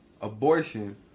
abortion